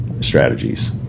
Strategies